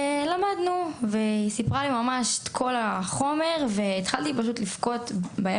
העבירה לי את כל החומר והתחלתי לבכות.